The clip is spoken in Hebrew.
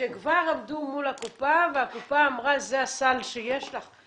כבר עמדו מול הקופה והקופה אמרה, זה הסל שיש לך,